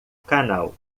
canal